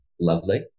lovely